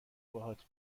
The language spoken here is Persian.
باهات